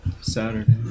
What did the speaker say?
Saturday